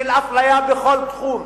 של אפליה בכל תחום,